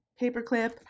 Paperclip